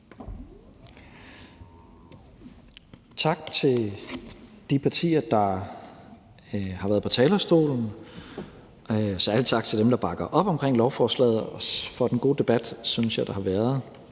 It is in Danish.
Tak til de partier, der har været på talerstolen, og særlig tak til dem, der bakker op omkring lovforslagene, og for den gode debat og de gode